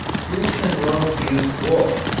greece and rome used wool,